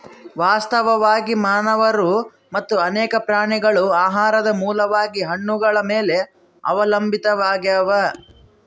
ವಾಸ್ತವವಾಗಿ ಮಾನವರು ಮತ್ತು ಅನೇಕ ಪ್ರಾಣಿಗಳು ಆಹಾರದ ಮೂಲವಾಗಿ ಹಣ್ಣುಗಳ ಮೇಲೆ ಅವಲಂಬಿತಾವಾಗ್ಯಾವ